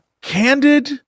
candid